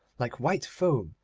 like white foam,